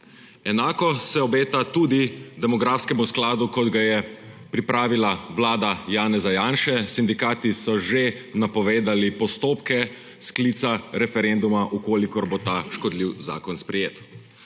Enako se obeta tudi demografskemu skladu, kot ga je pripravila vlada Janeza Janše. Sindikati so že napovedali postopke sklica referenduma, če bo ta škodljivi zakon sprejet.